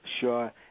Sure